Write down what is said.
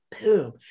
boom